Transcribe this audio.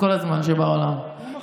קרן ברק (הליכוד): קרן ברק (הליכוד):